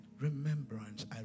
remembrance